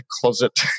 closet